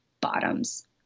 bottoms